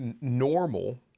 normal